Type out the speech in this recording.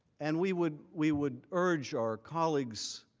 and we would we would urge our colleagues